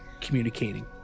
communicating